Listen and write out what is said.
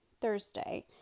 Thursday